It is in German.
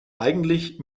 eigentlich